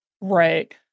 right